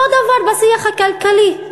אותו דבר בשיח הכלכלי.